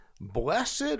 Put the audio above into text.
Blessed